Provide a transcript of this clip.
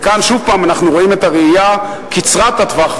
וכאן שוב הפעם אנחנו רואים את הראייה קצרת הטווח,